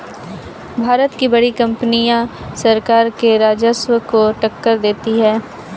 भारत की बड़ी कंपनियां सरकार के राजस्व को टक्कर देती हैं